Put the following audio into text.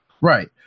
Right